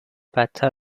بدتر